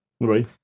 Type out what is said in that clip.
right